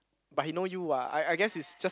but he know you what I I guess is just